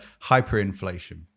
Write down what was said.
hyperinflation